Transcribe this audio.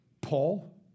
Paul